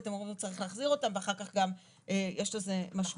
כי אתם אומרים גם צריך להחזיר אותם ואחר כך גם יש לזה משמעות.